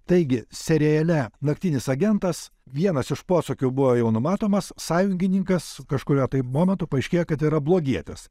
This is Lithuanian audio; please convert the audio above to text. taigi seriale naktinis agentas vienas iš posūkių buvo jau numatomas sąjungininkas kažkuriuo momentu paaiškėjo kad yra blogietis